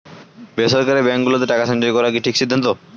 বেসরকারী ব্যাঙ্ক গুলোতে টাকা সঞ্চয় করা কি সঠিক সিদ্ধান্ত?